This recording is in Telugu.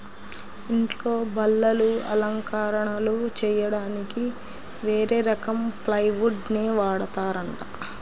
ఇంట్లో బల్లలు, అలంకరణలు చెయ్యడానికి వేరే రకం ప్లైవుడ్ నే వాడతారంట